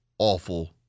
Awful